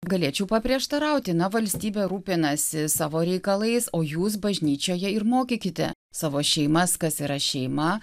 galėčiau paprieštarauti na valstybė rūpinasi savo reikalais o jūs bažnyčioje ir mokykite savo šeimas kas yra šeima